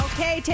Okay